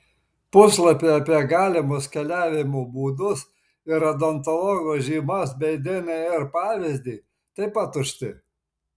puslapiai apie galimus keliavimo būdus ir odontologo žymas bei dnr pavyzdį taip pat tušti